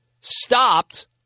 stopped